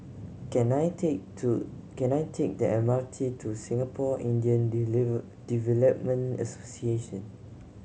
can I take to can I take the M R T to Singapore Indian Development Association